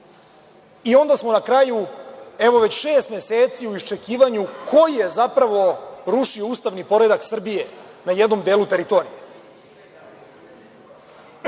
Onda smo na kraju evo već šest meseci u iščekivanju ko je zapravo rušio ustavni poredak Srbije na jednom delu teritorije. Ako